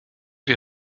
wir